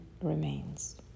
remains